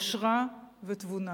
יושרה ותבונה.